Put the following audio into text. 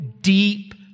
deep